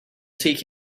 take